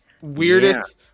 Weirdest